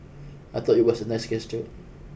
I thought it was a nice gesture